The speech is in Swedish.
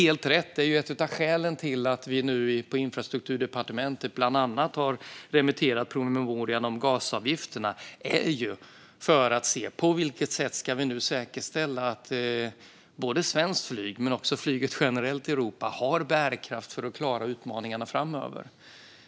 Ett av skälen till att Infrastrukturdepartementet bland annat har remitterat promemorian om GAS-avgifterna är att se på vilket sätt vi kan säkerställa att både svenskt flyg och flyget generellt i Europa har bärkraft att klara utmaningarna framöver.